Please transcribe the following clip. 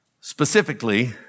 Specifically